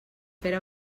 pere